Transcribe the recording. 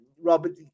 Robert